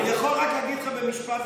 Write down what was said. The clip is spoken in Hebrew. אני יכול רק להגיד לך במשפט אחד.